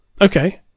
Okay